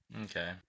okay